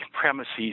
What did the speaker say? premises